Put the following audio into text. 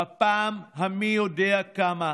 בפעם המי יודע כמה,